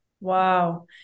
Wow